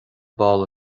balla